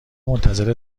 منتظر